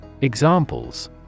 Examples